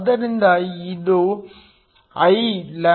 ಆದ್ದರಿಂದ ಇದು Iληhc